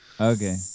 Okay